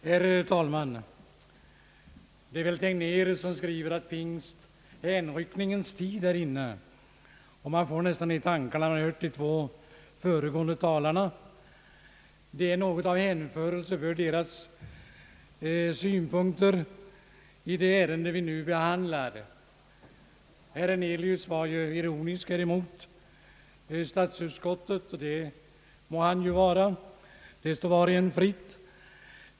Herr talman! Tegnér skriver att pingst, hänryckningens tid är inne. Man får nästan det i tankarna när man hört de två föregående talarna. Det är något av hänförelse i deras synpunkter beträffande det ärende vi nu behandlar. Herr Hernelius var ironisk mot statsutskottet — och det må han ju vara, det står var och en fritt.